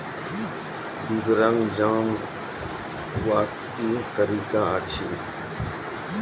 विवरण जानवाक की तरीका अछि?